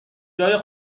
جای